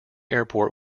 airport